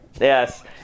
Yes